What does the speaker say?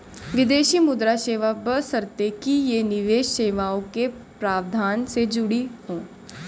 विदेशी मुद्रा सेवा बशर्ते कि ये निवेश सेवाओं के प्रावधान से जुड़ी हों